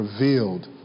revealed